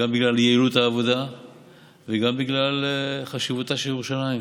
גם בגלל יעילות העבודה וגם בגלל חשיבותה של ירושלים.